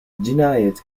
cinayet